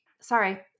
sorry